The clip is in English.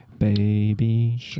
Baby